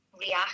react